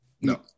no